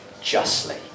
justly